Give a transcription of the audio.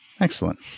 excellent